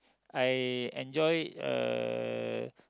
I enjoy uh